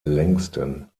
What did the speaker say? längsten